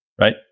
right